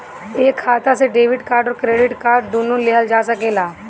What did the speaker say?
एक खाता से डेबिट कार्ड और क्रेडिट कार्ड दुनु लेहल जा सकेला?